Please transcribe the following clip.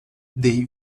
they